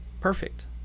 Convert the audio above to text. perfect